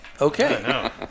Okay